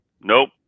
Nope